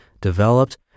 developed